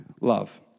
Love